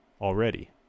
already